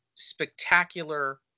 spectacular